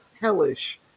hellish